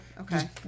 Okay